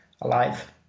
alive